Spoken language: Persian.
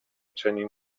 چنین